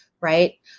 right